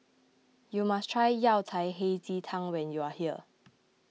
you must try Yao Cai Hei Ji Tang when you are here